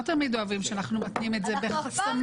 תמיד אוהבים שאנחנו מתנים את זה בחסמים,